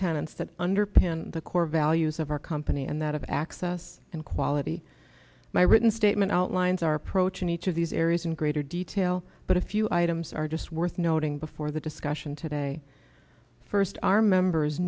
tenets that underpin the core values of our company and that of access and quality my written statement outlines our approach in each of these areas in greater detail but a few items are just worth noting before the discussion today first our members